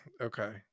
Okay